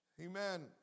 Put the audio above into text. Amen